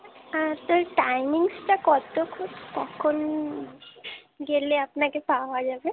হ্যাঁ তো টাইমিংসটা কতোক্ষণ কখন গেলে আপনাকে পাওয়া যাবে